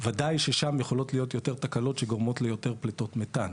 ודאי ששם יכולות להיות יותר תקלות שגורמות ליותר פליטות מתאן,